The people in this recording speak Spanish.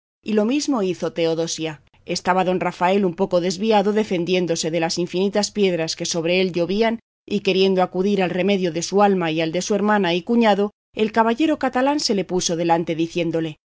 y lo mismo hizo teodosia estaba don rafael un poco desviado defendiéndose de las infinitas piedras que sobre él llovían y queriendo acudir al remedio de su alma y al de su hermana y cuñado el caballero catalán se le puso delante diciéndole